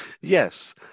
Yes